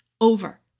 over